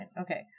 Okay